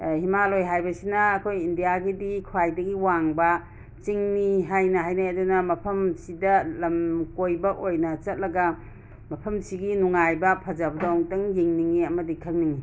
ꯍꯤꯃꯥꯂꯣꯏ ꯍꯥꯏꯕꯁꯤꯅ ꯑꯩꯈꯣꯏ ꯏꯟꯗꯤꯌꯥꯒꯤꯗꯤ ꯈ꯭ꯋꯥꯏꯗꯒꯤ ꯋꯥꯡꯕ ꯆꯤꯡꯅꯤ ꯍꯥꯏꯅ ꯍꯥꯏꯅꯩ ꯑꯗꯨꯅ ꯃꯐꯝꯁꯤꯗ ꯂꯝ ꯀꯣꯏꯕ ꯑꯣꯏꯅ ꯆꯠꯂꯒ ꯃꯐꯝꯁꯤꯒꯤ ꯅꯨꯡꯉꯥꯏꯕ ꯐꯖꯕꯗꯣ ꯑꯃꯨꯛꯇꯪ ꯌꯦꯡꯅꯤꯡꯏ ꯑꯃꯗꯤ ꯈꯪꯅꯤꯡꯏ